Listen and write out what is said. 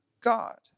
God